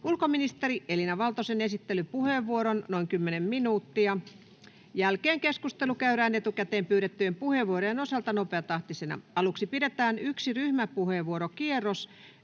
Ulkoministeri Elina Valtosen esittelypuheenvuoron, noin kymmenen minuuttia, jälkeen keskustelu käydään etukäteen pyydettyjen puheenvuorojen osalta nopeatahtisena. Aluksi pidetään yksi ryhmäpuheenvuorokierros,